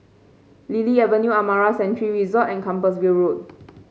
Lily Avenue Amara Sanctuary Resort and Compassvale Road